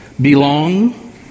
belong